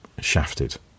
shafted